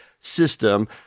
system